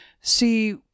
see